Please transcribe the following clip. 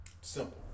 Simple